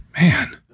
Man